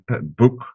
book